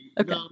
Okay